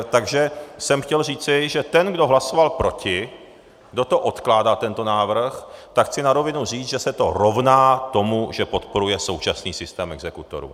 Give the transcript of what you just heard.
Takže jsem chtěl říci, že ten, kdo hlasoval proti, kdo odkládá tento návrh, tak chci na rovinu říct, že se to rovná tomu, že podporuje současný systém exekutorů.